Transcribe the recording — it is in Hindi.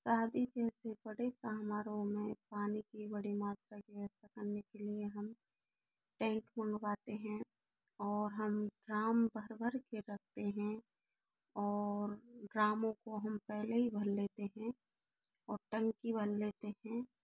शादी जैसे बड़े समारोह में पानी की बड़ी मात्रा की व्यवस्था करने के लिए हम टैंक मंगवाते हैं और हम ड्राम भर भर के रखते हैं और ड्रामों को हम पहले ही भर लेते हैं और टंकी भर लेते हैं